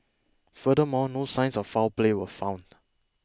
furthermore no signs of foul play were found